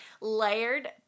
layered